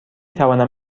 توانم